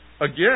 again